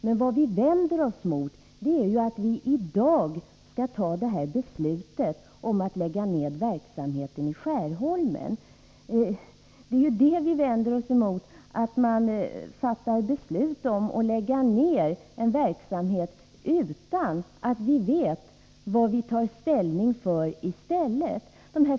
Men det vi vänder oss emot är att vi i dag skall fatta beslutet om att lägga ner verksamheten i Skärholmen utan att vi vet vad vi tar ställning till i stället.